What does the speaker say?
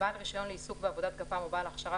בעל רישיון לעיסוק בעבודת גפ"מ או בעל הכשרה